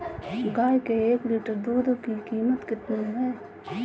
गाय के एक लीटर दूध की कीमत कितनी है?